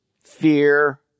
fear